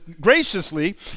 graciously